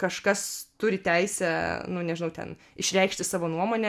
kažkas turi teisę nu nežinau ten išreikšti savo nuomonę